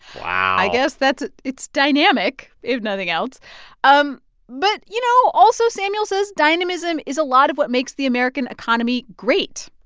wow i guess that's it's dynamic, if nothing else um but, you know, also, samuel says dynamism is a lot of what makes the american economy great,